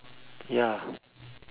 ya